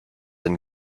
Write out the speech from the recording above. and